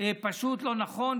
פשוט לא נכון.